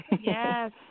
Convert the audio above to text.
Yes